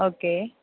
okay